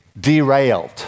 derailed